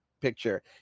picture